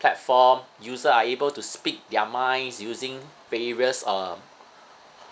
platform user are able to speak their minds using various um